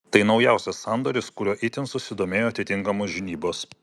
tai naujausias sandoris kuriuo itin susidomėjo atitinkamos žinybos